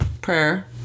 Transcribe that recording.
Prayer